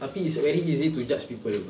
tapi it's very easy to judge people [pe]